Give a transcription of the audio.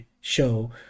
show